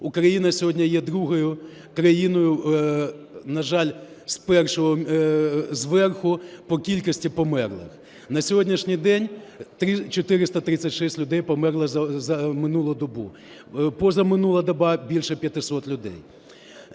Україна сьогодні є другою країною, на жаль, першою зверху по кількості померлих. На сьогоднішній день 436 людей померло за минулу добу. Позаминула доба більше - 500 людей.